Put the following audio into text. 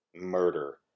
murder